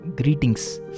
Greetings